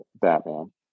Batman